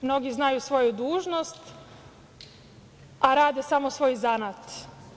Mnogi znaju svoju dužnost, a rade samo svoj zanat.